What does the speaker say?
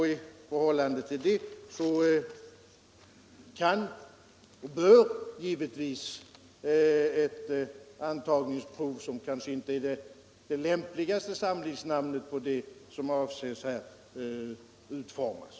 I förhållande till det kan och bör givetvis ett antagningsprov —- som kanske inte är det lämpligaste samlingsnamnet på vad som avses - utformas.